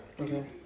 Okay